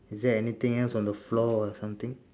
is there anything else on the floor or something